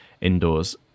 indoors